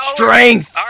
Strength